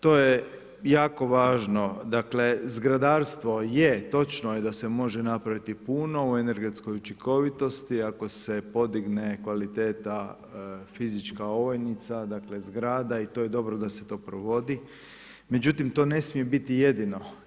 To je jako važno dakle, zgradarstvo, je, točno je da se može napraviti puno u energetskoj učinkovitosti ako se podigne kvaliteta fizička ovojnica, dakle zgrada i to je dobro da se to provodi međutim to ne smije biti jedino.